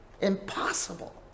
impossible